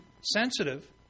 sensitive